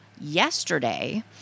yesterday